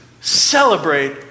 celebrate